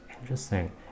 Interesting